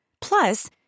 Plus